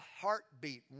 heartbeat